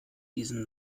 diesen